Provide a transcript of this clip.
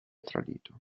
tradito